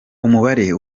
umubare